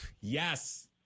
Yes